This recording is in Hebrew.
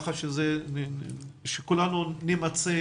כך שכולנו נימצא